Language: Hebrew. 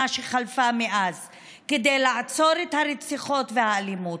שחלפה מאז כדי לעצור את הרציחות והאלימות?